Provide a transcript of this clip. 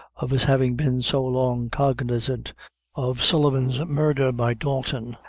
of his having been so long cognizant of sullivan's murder by dalton,